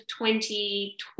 2020